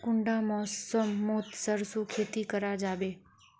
कुंडा मौसम मोत सरसों खेती करा जाबे?